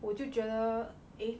我就觉得 eh